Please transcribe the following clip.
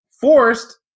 forced